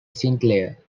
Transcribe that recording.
sinclair